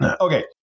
okay